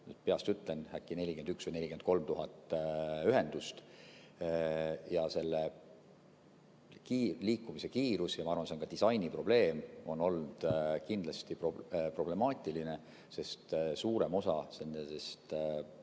peast ütlen, äkki 41 000 või 43 000 ühendust. Selle liikumise kiirus – ja ma arvan, see on ka disainiprobleem – on olnud kindlasti problemaatiline, sest suurem osa nendest